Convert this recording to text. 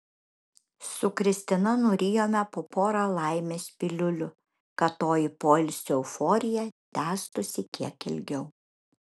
su kristina nurijome po porą laimės piliulių kad toji poilsio euforija tęstųsi kiek ilgiau